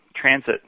transit